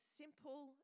simple